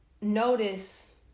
notice